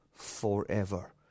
forever